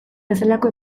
bezalako